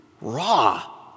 raw